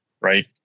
right